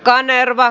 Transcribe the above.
kanerva